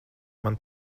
man